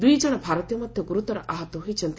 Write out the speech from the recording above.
ଦୁଇ ଜଣ ଭାରତୀୟ ମଧ୍ୟ ଗୁରୁତର ଆହତ ହୋଇଛନ୍ତି